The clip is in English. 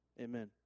Amen